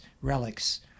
relics